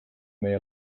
meie